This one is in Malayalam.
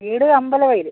വീട് അമ്പലവയലിൽ